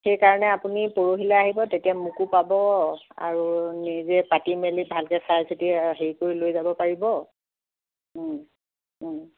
সেইকাৰণে আপুনি পৰহিলৈ আহিব তেতিয়া মোকো পাব আৰু নিজে পাতি মেলি ভালকৈ চাই চিটি হেৰি কৰি লৈ যাব পাৰিব